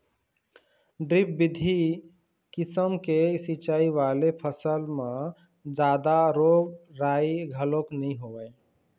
drip बिधि किसम के सिंचई वाले फसल म जादा रोग राई घलोक नइ होवय